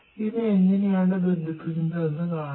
ഇവ എങ്ങനെയാണ് ബന്ധിപ്പിക്കുന്നത് എന്ന് കാണാം